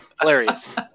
Hilarious